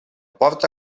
porta